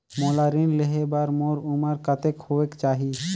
मोला ऋण लेहे बार मोर उमर कतेक होवेक चाही?